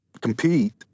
compete